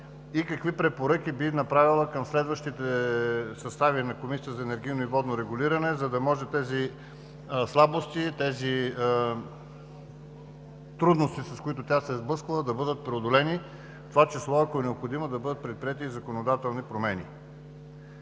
и какви препоръки би направила към следващите състави на Комисията за енергийно и водно регулиране, за да може тези слабости и трудности, с които тя се е сблъсквала, да бъдат преодолени, в това число, ако е необходимо, да бъдат предприети и законодателни промени.